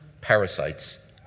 parasites